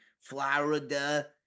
Florida